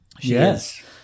Yes